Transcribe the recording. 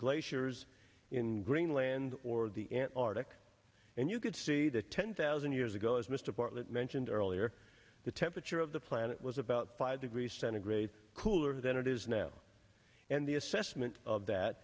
glaciers in greenland or the antarctic and you could see that ten thousand years ago as mr bartlett mentioned earlier the temperature of the planet was about five degrees centigrade cooler than it is now and the assessment of that